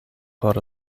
por